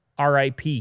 RIP